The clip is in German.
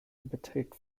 beträgt